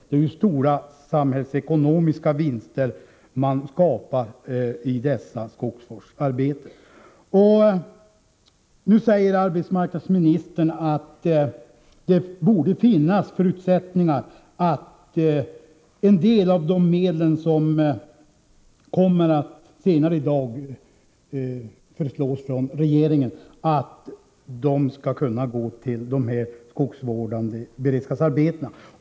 Det är ju stora samhällsekonomiska vinster man skapar genom dessa skogsvårdsarbeten. Nu säger arbetsmarknadsministern att det borde finnas förutsättningar för att en del av de medel regeringen senare i dag kommer att offentliggöra förslag om skall kunna gå till skogsvårdande beredskapsarbeten.